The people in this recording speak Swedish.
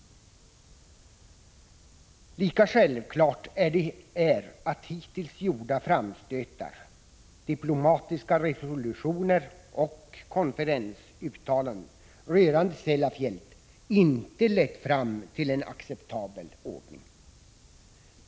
Lika självklart är att hittills gjorda framstötar, diplomatiska resolutioner och konferensuttalanden rörande Sellafield inte har lett fram till en acceptabel ordning.